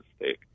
mistake